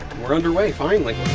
we're underway finally.